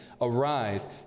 Arise